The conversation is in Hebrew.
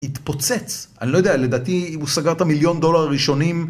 התפוצץ, אני לא יודע לדעתי אם הוא סגר את המיליון דולר ראשונים